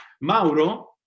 Mauro